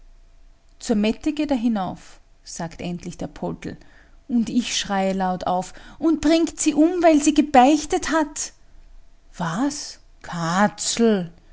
zur mette geht er hinauf sagt endlich der poldl und ich schreie laut auf und bringt sie um weil sie gebeichtet hat was katzel